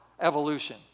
evolution